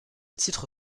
titre